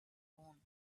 own